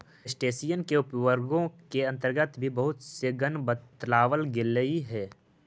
crustacean के उपवर्गों के अन्तर्गत भी बहुत से गण बतलावल गेलइ हे